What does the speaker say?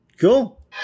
Cool